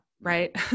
right